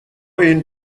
این